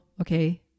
okay